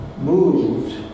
moved